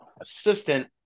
assistant